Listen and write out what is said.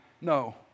No